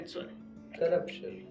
Corruption